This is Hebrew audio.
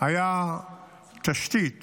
היה תשתית